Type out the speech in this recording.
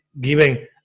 giving